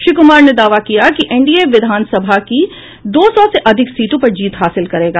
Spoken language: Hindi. श्री कुमार ने दावा किया कि एनडीए विधान सभा की दो सौ से अधिक सीटों पर जीत हासिल करेगा